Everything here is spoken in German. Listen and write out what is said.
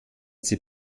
sie